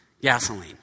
Gasoline